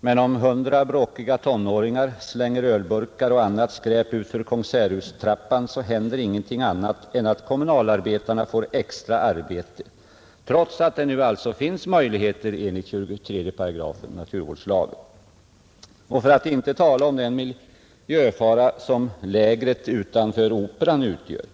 men om hundra bråkiga tonåringar slänger ölburkar och annat skräp utför konserthustrappan, händer ingenting annat än att kommunalarbetarna får extra arbete, trots att det alltså nu finns möjligheter enligt 23 § naturvårdslagen att beivra sådan nedskräpning. För att inte tala om miljöfaran som lägret utanför Operan utgör.